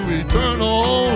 eternal